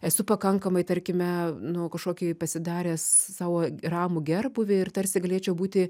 esu pakankamai tarkime nuo kažkokį pasidaręs sau ramų gerbūvį ir tarsi galėčiau būti